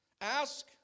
Ask